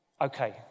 okay